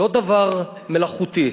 לא דבר מלאכותי.